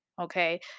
okay